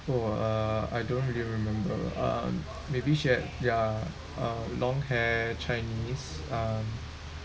!whoa! I don't really remember um maybe she had ya uh long hair chinese um